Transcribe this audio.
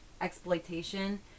exploitation